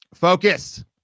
Focus